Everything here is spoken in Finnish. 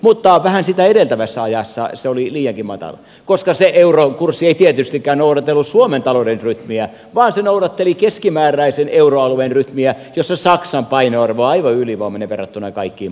mutta vähän sitä edeltävänä aikana se oli liiankin matala koska se euron kurssi ei tietystikään noudatellut suomen talouden rytmiä vaan se noudatteli keskimääräistä euroalueen rytmiä jossa saksan painoarvo on aivan ylivoimainen verrattuna kaikkiin muihin